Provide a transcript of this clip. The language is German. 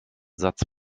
satz